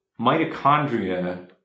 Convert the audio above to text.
mitochondria